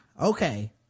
Okay